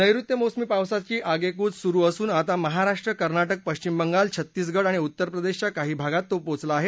नैऋत्य मोसमी पावसाची आगेकूच सुरु असून आता महाराष्ट्र कर्नाटक पश्चिम बंगाल छत्तीसगड आणि उत्तर प्रदेशच्या काही भागात तो पोचला आहे